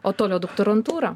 o toliau doktorantūra